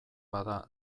bada